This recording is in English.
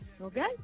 okay